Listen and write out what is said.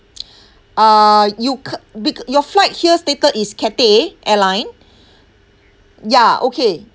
uh you big your flight here stated is Cathay airline ya okay